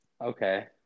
Okay